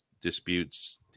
disputes